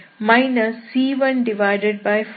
2x3 c14